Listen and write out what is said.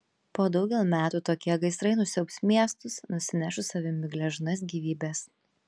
po daugel metų tokie gaisrai nusiaubs miestus nusineš su savimi gležnas gyvybes